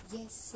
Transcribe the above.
Yes